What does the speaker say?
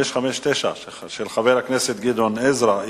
חבר הכנסת אברהים